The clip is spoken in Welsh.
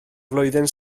flwyddyn